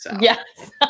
Yes